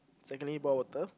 secondly boil water